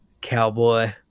cowboy